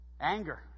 Anger